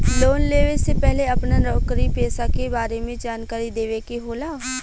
Loan लेवे से पहिले अपना नौकरी पेसा के बारे मे जानकारी देवे के होला?